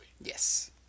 yes